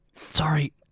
Sorry